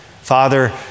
Father